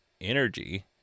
energy